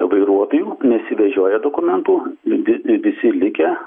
vairuotojų nesivežioja dokumentų vi visi likę